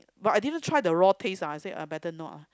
but I didn't try the raw taste ah I say I better not ah